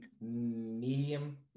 medium